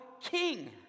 king